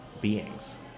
beings